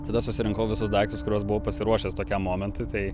tada susirinkau visus daiktus kuriuos buvau pasiruošęs tokiam momentui tai